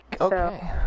Okay